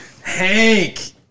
Hank